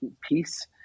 peace